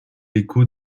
l’écho